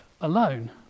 alone